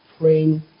praying